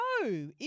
No